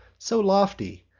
so lofty,